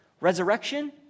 resurrection